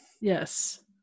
yes